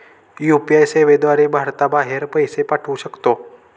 UPI सेवेद्वारे भारताबाहेर पैसे पाठवू शकतो